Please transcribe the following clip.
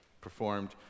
performed